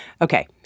Okay